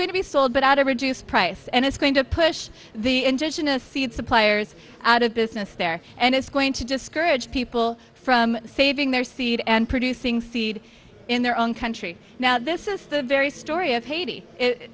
going to be sold but at a reduced price and it's going to push the indigenous seed suppliers out of business there and it's going to discourage people from saving their seed and producing seed in their own country now this is the very story of haiti